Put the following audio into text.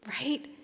right